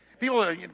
People